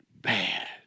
bad